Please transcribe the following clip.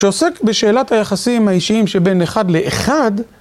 כשעוסק בשאלת היחסים האישיים שבין אחד לאחד